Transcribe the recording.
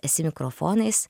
esi mikrofonais